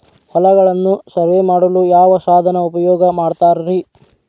ಹೊಲಗಳನ್ನು ಸರ್ವೇ ಮಾಡಲು ಯಾವ ಸಾಧನ ಉಪಯೋಗ ಮಾಡ್ತಾರ ರಿ?